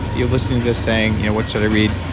you're listening to this saying, you know what should i read?